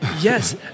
Yes